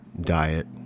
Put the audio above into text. diet